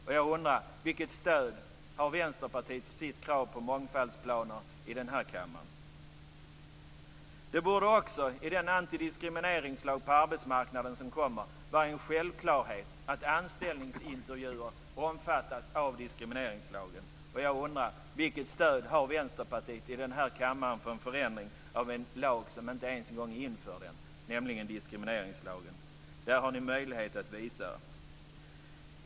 Vilket stöd har Vänsterpartiet i den här kammaren för sitt krav på mångfaldsplaner? Det borde också, i den lag som kommer mot diskriminering på arbetsmarknaden, vara en självklarhet att anställningsintervjuer omfattas av diskrimineringslagen. Vilket stöd har Vänsterpartiet i den här kammaren för en förändring av en lag som inte ens är införd ännu, nämligen diskrimineringslagen? Det har ni möjlighet att visa.